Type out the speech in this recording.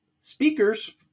speakers